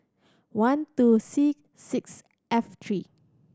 one two C six F three